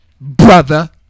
brother